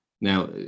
Now